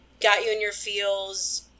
got-you-in-your-feels